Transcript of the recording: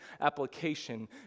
application